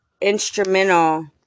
instrumental